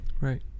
Right